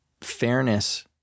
fairness